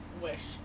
wish